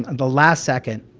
um the last second,